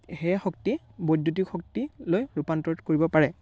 সেই শক্তি বৈদ্যুতিক শক্তিলৈ ৰুপান্তৰিত কৰিব পাৰে